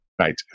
Right